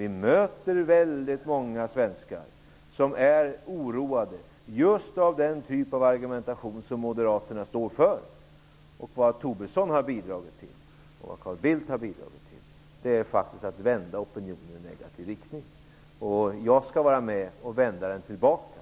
Vi möter väldigt många svenskar som är oroade just av den typ av argumentation som Moderaterna står för. Det Lars Tobisson och Carl Bildt har bidragit till är faktiskt att vända opinionen i negativ riktning. Jag skall vara med och vända den tillbaka,